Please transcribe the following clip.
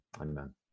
Amen